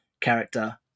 character